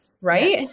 right